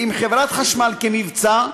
חברת חשמל כמבצע,